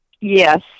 Yes